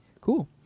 Cool